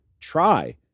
try